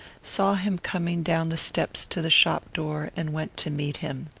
saw him coming down the steps to the shop-door and went to meet him.